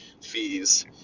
fees